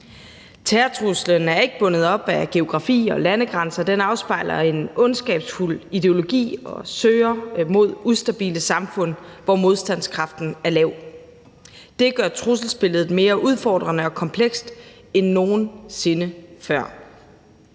Terrortruslen er ikke bundet op på geografi og landegrænser; den afspejler en ondskabsfuld ideologi og søger mod ustabile samfund, hvor modstandskraften er lav. Det gør trusselsbilledet mere udfordrende og komplekst end nogen sinde før.